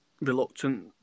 reluctant